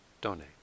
donate